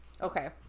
okay